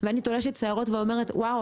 ואני תולשת שערות ואומרת: וואו,